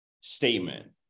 statement